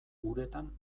uretan